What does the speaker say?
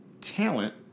Talent